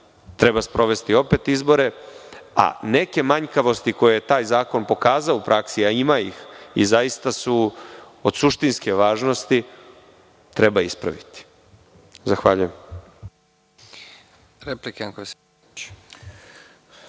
treba sprovesti opet izbore, a neke manjkavosti koje je taj zakon pokazao u praksi, a ima ih, i zaista su od suštinske važnosti treba ispraviti. Zahvaljujem.